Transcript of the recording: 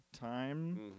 time